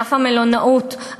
ענף המלונאות,